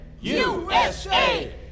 USA